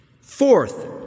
Fourth